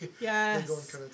yes